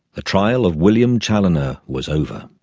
the trial of william chaloner was over.